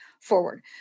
forward